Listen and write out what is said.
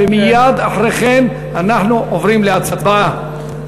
ומייד אחרי כן אנחנו עוברים להצבעה.